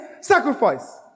sacrifice